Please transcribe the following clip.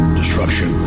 destruction